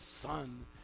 Son